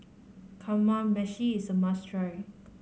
Kamameshi is a must try